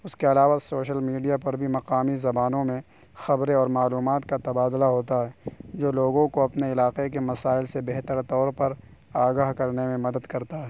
اس کے علاوہ social media پر بھی مقامی زبانوں میں خبریں اور معلومات کا تبادلہ ہوتا ہے جو لوگوں کو اپنے علاقے کے مسائل سے بہتر طور پر آگاہ کرنے میں مدد کرتا ہے